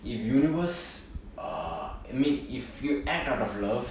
the universe uh I mean if you act out of love